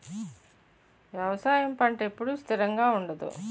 వ్యవసాయం పంట ఎప్పుడు స్థిరంగా ఉండదు